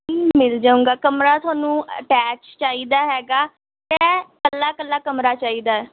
ਜੀ ਮਿਲ ਜੂਗਾ ਕਮਰਾ ਤੁਹਾਨੂੰ ਅਟੈਚ ਚਾਹੀਦਾ ਹੈਗਾ ਕਿ ਇਕੱਲਾ ਇਕੱਲਾ ਕਮਰਾ ਚਾਹੀਦਾ ਹੈ